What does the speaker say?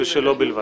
ושלו בלבד.